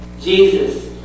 Jesus